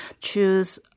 choose